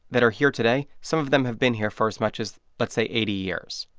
that are here today, some of them have been here for as much as, let's say, eighty years,